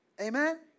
Amen